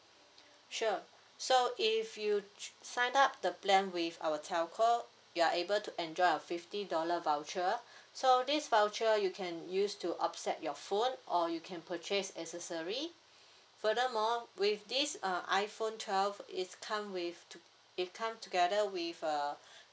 sure so if you sign up the plan with our telco you are able to enjoy a fifty dollar voucher so this voucher you can use to offset your phone or you can purchase accessory furthermore with this uh iphone twelve it's come with t~ it come together with a